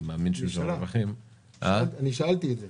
אני שאלתי את זה.